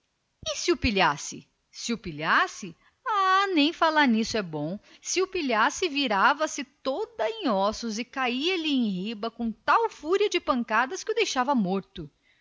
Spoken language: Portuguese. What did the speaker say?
se o pilha se o pilha ah nem falar nisso é bom se o pilha vira-se logo toda em ossos e cai-lhe em riba com tal fúria de pancadas que o deixa morto